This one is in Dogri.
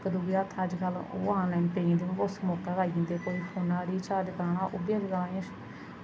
इक दूए हत्थ अज्ज कल ओह् आनलाइन पेई जंदे उस मौकै गै आई जंदे कोई फोना दा रिचार्ज कराना होऐ ओह् बी होई जंदा